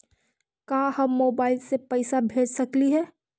का हम मोबाईल से पैसा भेज सकली हे?